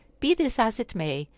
be this as it may,